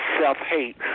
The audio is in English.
self-hate